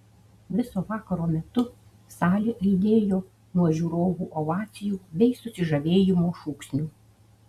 viso vakaro metu salė aidėjo nuo žiūrovų ovacijų bei susižavėjimo šūksnių